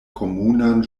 komunan